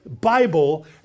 Bible